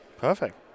perfect